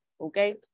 okay